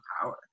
power